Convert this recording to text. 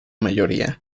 mayoría